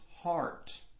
heart